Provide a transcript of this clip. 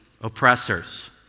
oppressors